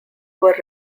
were